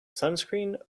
sunscreen